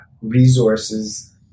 resources